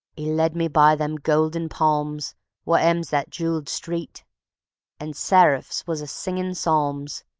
e led me by them golden palms wot ems that jeweled street and seraphs was a-singin' psalms,